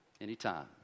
anytime